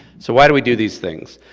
so why do we do these things?